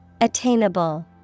Attainable